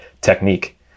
technique